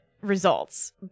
results